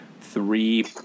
three